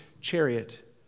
chariot